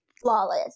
flawless